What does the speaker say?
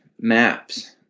maps